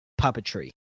puppetry